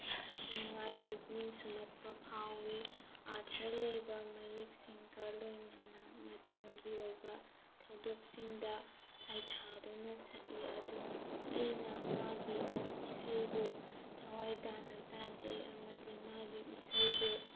ꯅꯨꯉꯥꯏ ꯄꯨꯛꯅꯤꯡ ꯁꯨꯝꯍꯠꯄ ꯐꯥꯎꯏ ꯑ꯭ꯔꯊ ꯂꯩꯕ ꯃꯌꯦꯛꯁꯤꯡꯒ ꯂꯣꯏꯅꯅ ꯃꯇꯝꯒꯤ ꯑꯣꯏꯕ ꯊꯧꯗꯣꯛꯁꯤꯡꯗ ꯁꯩꯊꯥꯗꯨꯅ ꯁꯛꯏ ꯑꯗꯨꯅ ꯑꯩꯅ ꯃꯥꯒꯤ ꯏꯁꯩꯕꯨ ꯊꯋꯥꯏ ꯇꯥꯅ ꯇꯥꯖꯩ ꯑꯃꯗꯤ ꯃꯥꯒꯤ ꯏꯁꯩꯗꯨ